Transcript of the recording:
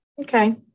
Okay